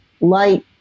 light